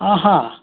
आहा